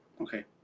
okay